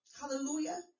Hallelujah